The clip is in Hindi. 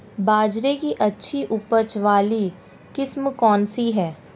बाजरे की अच्छी उपज वाली किस्म कौनसी है?